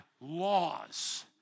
laws